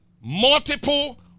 multiple